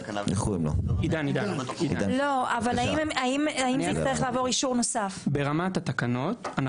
ברמת התקנות,